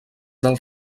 del